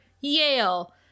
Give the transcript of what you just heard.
Yale